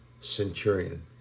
centurion